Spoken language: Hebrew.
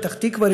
פתח תקווה,